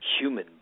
human